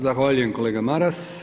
Zahvaljujem kolega Maras.